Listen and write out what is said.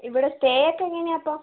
ഇവിടെ സ്റ്റേ ഒക്കെ എങ്ങനെയാണ് അപ്പം